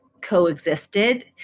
coexisted